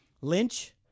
Lynch